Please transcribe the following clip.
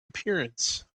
appearance